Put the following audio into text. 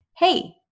Hey